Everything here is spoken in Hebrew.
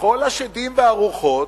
לכל השדים והרוחות,